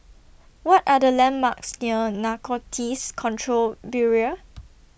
What Are The landmarks near Narcotics Control Bureau